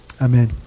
Amen